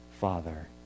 father